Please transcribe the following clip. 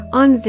on